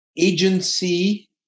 agency